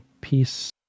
peace